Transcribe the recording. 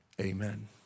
amen